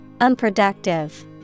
Unproductive